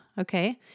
Okay